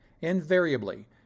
Invariably